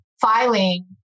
filing